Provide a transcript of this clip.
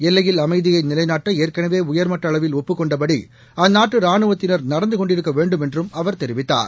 எல்லையில் அமைதியை நிலைநாட்ட ஏற்கனவே உயர்மட்ட அளவில் ஒப்புக்கொண்டபடி அந்நாட்டு ராணுவத்தினர் நடந்து கொண்டிருக்க வேண்டும் என்றும் அவர் தெரிவித்தார்